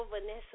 Vanessa